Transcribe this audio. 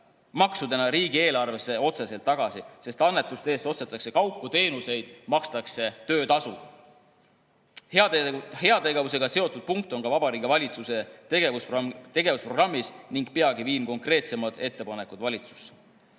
maksudena riigieelarvesse otseselt tagasi, sest annetuste eest ostetakse kaupu-teenuseid ja makstakse töötasu. Heategevusega seotud punkt on Vabariigi Valitsuse tegevus tegevusprogrammis ning peagi viin konkreetsemad ettepanekud valitsusse.